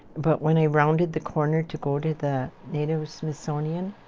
but when i rounded the corner to go to the native smithsonian,